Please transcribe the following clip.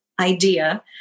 idea